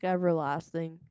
Everlasting